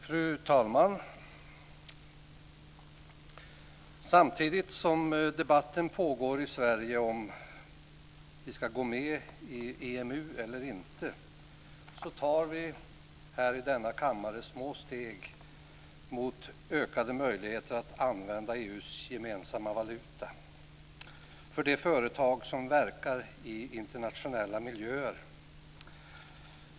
Fru talman! Samtidigt som debatten pågår i Sverige om vi ska gå med i EMU eller inte, tar vi här i denna kammare små steg mot ökade möjligheter för de företag som verkar i internationella miljöer att använda EU:s gemensamma valuta.